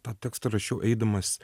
tą tekstą rašiau eidamas